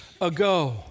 ago